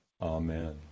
Amen